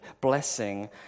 blessing